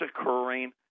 occurring